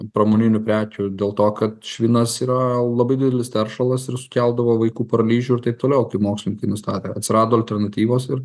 pramoninių prekių dėl to kad švinas yra labai didelis teršalas ir sukeldavo vaikų paralyžių ir taip toliau kai mokslininkai nustatė atsirado alternatyvos ir